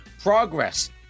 Progress